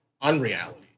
unreality